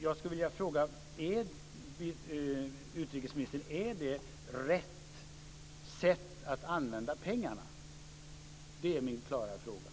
Jag vill fråga utrikesministern: Är det rätt sätt att använda pengarna? Det är min klara fråga.